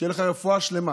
שתהיה לך רפואה שלמה.